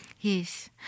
Yes